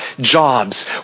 jobs